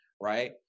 right